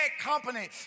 company